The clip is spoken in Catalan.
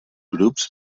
grups